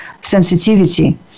sensitivity